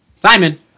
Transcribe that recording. Simon